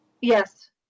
Yes